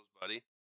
buddy